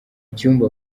cyumba